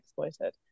exploited